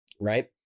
right